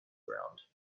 ground